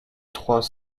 trois